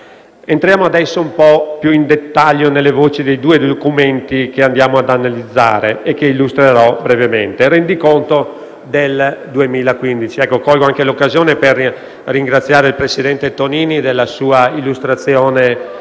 Entriamo adesso un po' più nel dettaglio delle voci dei due documenti che andiamo ad analizzare e che illustrerò brevemente. Colgo l'occasione per ringraziare il presidente Tonini della sua illustrazione